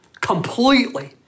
completely